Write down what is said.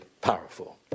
powerful